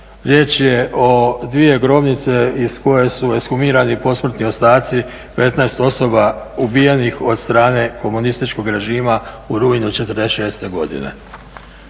Riječ je o dvije grobnice iz koje su ekshumirani posmrtni ostaci 15 osoba ubijenih od strane komunističkog režima u rujnu '46. godine.